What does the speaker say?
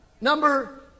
Number